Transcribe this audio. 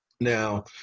Now